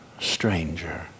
stranger